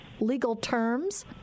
legalterms